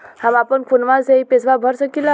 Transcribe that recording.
हम अपना फोनवा से ही पेसवा भर सकी ला?